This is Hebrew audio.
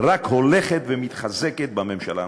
רק הולכת ומתחזקת בממשלה הנוכחית.